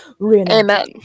Amen